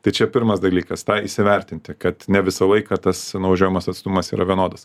tai čia pirmas dalykas tą įsivertinti kad ne visą laiką tas nuvažiuojamas atstumas yra vienodas